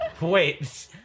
Wait